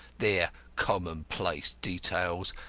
their commonplace details,